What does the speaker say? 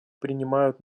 принимают